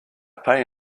pay